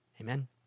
Amen